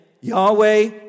Yahweh